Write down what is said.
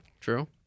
true